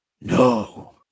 no